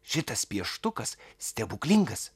šitas pieštukas stebuklingas